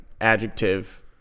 adjective